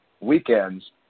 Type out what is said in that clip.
weekends